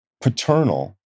paternal